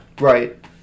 Right